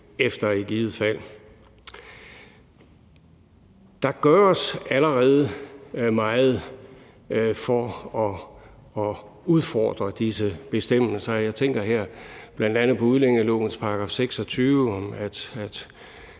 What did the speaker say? efter. Der gøres allerede meget for at udfordre disse bestemmelser. Jeg tænker her bl.a. på udlændingelovens § 26 om, at